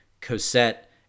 Cosette